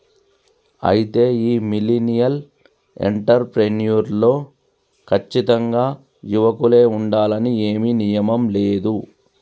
అయితే ఈ millennial entrepreneur లో కచ్చితంగా యువకులే ఉండాలని ఏమీ నియమం లేదు